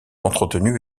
entretenus